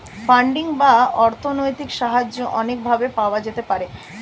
funding বা অর্থনৈতিক সাহায্য অনেক ভাবে পাওয়া যেতে পারে